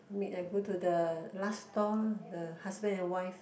meat I go to the last stall lah the husband and wife